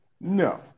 No